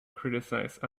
criticize